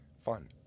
fun